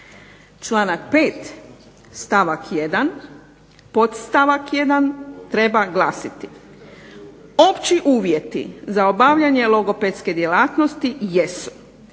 Članak 5. stavak 1. podstavak 1. treba glasiti, opći uvjeti za obavljanje logopedske djelatnosti jesu,